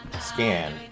scan